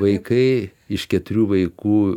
vaikai iš keturių vaikų